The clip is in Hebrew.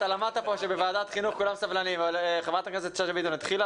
אתה למדת שבוועדת חינוך כולם סבלנים אבל חברת הכנסת שאשא ביטון התחילה